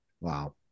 Wow